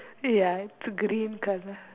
ya green colour